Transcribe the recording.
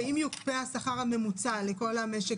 שאם יוקפא השכר הממוצע לכל המשק,